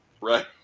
Right